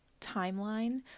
timeline